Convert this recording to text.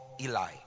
Eli